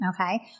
Okay